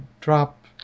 drop